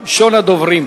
ראשון הדוברים.